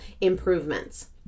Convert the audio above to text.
improvements